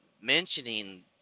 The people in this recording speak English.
mentioning